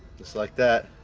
just like that